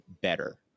better